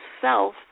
self